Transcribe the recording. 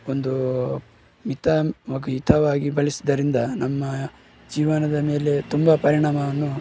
ಒಂದು ಮಿತ ಹಾಗು ಹಿತವಾಗಿ ಬಳಸುವುದರಿಂದ ನಮ್ಮ ಜೀವನದ ಮೇಲೆ ತುಂಬ ಪರಿಣಾಮವನ್ನು